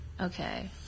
Okay